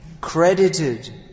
credited